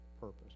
purpose